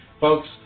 folks